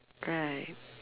right